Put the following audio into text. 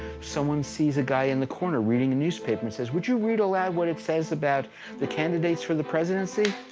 someone sees a guy in the corner reading a newspaper and says, would you read aloud what it says about the candidates for the presidency?